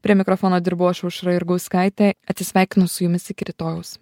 prie mikrofono dirbau aš aušra jurgauskaitė atsisveikinu su jumis iki rytojaus